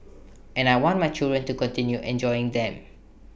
and I want my children to continue enjoying them